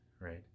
Right